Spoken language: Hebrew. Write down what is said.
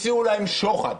הציעו להם שוחד.